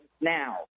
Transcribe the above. now